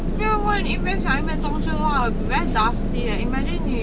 不要问一边想一边装修啦 very dusty eh imagine 你